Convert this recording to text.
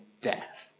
death